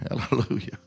Hallelujah